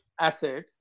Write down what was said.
asset